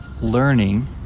learning